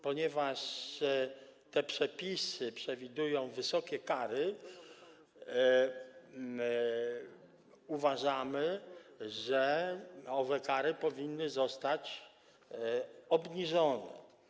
Ponieważ te przepisy przewidują wysokie kary, uważamy, że owe kary powinny zostać obniżone.